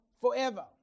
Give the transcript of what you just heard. forever